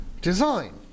design